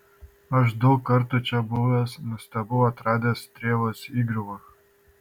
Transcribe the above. aš daug kartų čia buvęs nustebau atradęs strėvos įgriuvą